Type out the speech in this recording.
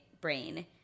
brain